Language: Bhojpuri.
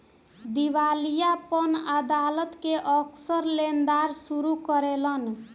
दिवालियापन अदालत के अक्सर लेनदार शुरू करेलन